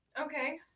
okay